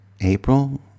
April